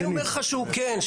אני אומר לך שהוא כן.